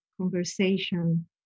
conversation